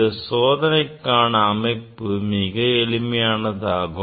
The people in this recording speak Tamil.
இந்த சோதனைக்கான அமைப்பு மிக எளிமையானது ஆகும்